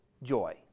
Joy